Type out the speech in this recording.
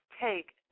take